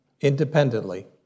independently